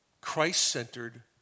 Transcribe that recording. Christ-centered